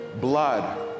blood